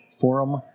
Forum